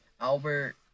Albert